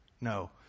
No